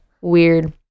Weird